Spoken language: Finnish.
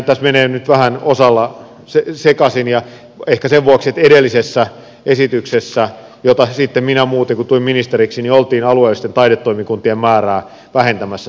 tässä menee nyt vähän osalla sekaisin ja ehkä sen vuoksi että edellisessä esityksessä jota sitten minä muutin kun tulin ministeriksi oltiin alueellisten taidetoimikuntien määrää vähentämässä